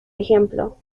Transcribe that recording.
ejemplo